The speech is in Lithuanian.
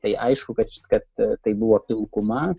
tai aišku kad šis kad tai buvo pilkuma